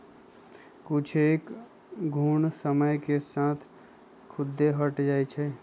कुछेक घुण समय के साथ खुद्दे हट जाई छई